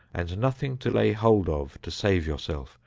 and nothing to lay hold of to save yourself,